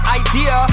idea